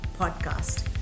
podcast